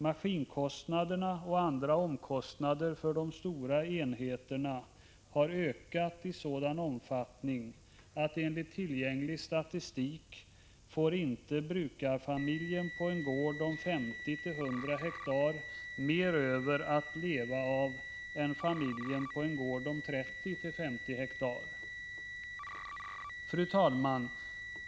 Maskinkostnaderna och andra omkostnader för de stora enheterna har ökat i sådan omfattning att brukarfamiljen på en gård om 50—100 ha, enligt tillgänglig statistik, inte får mer över att leva av än familjen på en gård om 30-50 ha. Fru talman!